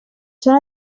són